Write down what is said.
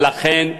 ולכן,